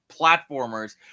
platformers